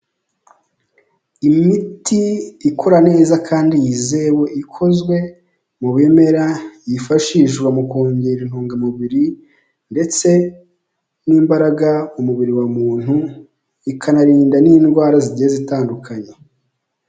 Imiti ikora neza, kandi yizewe, ikozwe mu bimera, yifashishwa mu kongera intungamubiri, ndetse n'imbaraga, mu mubiri wa muntu, ikanarinda n'indwara zigenda zitandukanye.